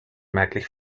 merklich